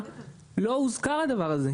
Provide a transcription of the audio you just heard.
ועל איך אנחנו מטפלים בעבריינים המועדים.